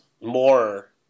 more